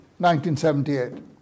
1978